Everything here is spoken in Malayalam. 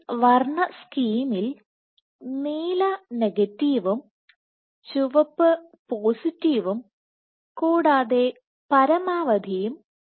ഈ വർണ്ണ സ്കീമിൽ നീല നെഗറ്റീവും ചുവപ്പ് പോസിറ്റീവും കൂടാതെ പരമാവധിയും ആണ്